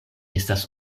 estas